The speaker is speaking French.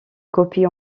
copie